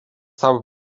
tapo